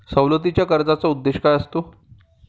सवलतीच्या कर्जाचा उद्देश काय असतो?